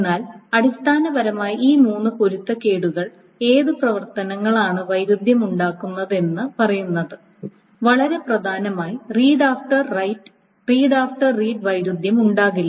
എന്നാൽ അടിസ്ഥാനപരമായി ഈ മൂന്ന് പൊരുത്തക്കേടുകൾ ഏത് പ്രവർത്തനങ്ങളാണ് വൈരുദ്ധ്യമുണ്ടാക്കുന്നത് എന്ന് പറയുന്നത് വളരെ പ്രധാനമായിറീഡ് ആഫ്റ്റർ റീഡ് വൈരുദ്ധ്യം ഉണ്ടാകില്ല